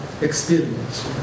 experience